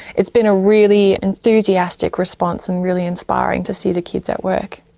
it's been a really enthusiastic response and really inspiring to see the kids at work.